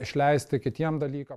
išleisti kitiem dalykam